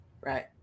right